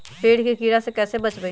पेड़ के कीड़ा से कैसे बचबई?